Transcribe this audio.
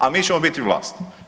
A mi ćemo biti vlast.